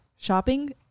shopping